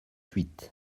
huit